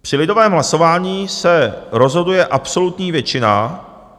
Při lidovém hlasování se rozhoduje absolutní většina.